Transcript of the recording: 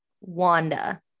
Wanda